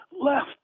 left